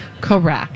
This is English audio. Correct